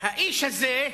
האיש הזה,